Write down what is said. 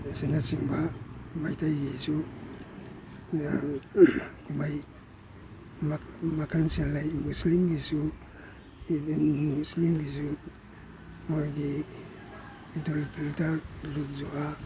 ꯑꯁꯤꯅ ꯆꯤꯡꯕ ꯃꯩꯇꯩꯒꯤꯁꯨ ꯀꯨꯝꯍꯩ ꯃꯈꯟ ꯁꯨꯅ ꯂꯩ ꯃꯨꯁꯂꯤꯝꯒꯤꯁꯨ ꯃꯨꯁꯂꯤꯝꯒꯤꯁꯨ ꯃꯣꯏꯒꯤ ꯏꯗꯨꯜ ꯐꯤꯜꯇꯔ ꯏꯗꯨꯜ ꯖꯨꯍꯥ